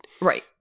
Right